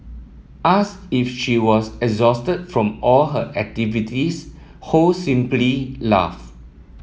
ask if she was exhausted from all her activities Ho simply laughed